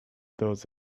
those